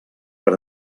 per